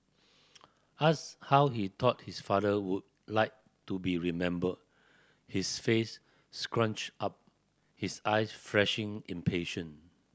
asked how he thought his father would like to be remembered his face scrunched up his eyes flashing impatient